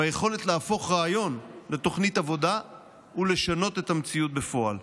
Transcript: ביכולת להפוך רעיון לתוכנית עבודה ולשנות את המציאות בפועל.